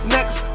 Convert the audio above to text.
Next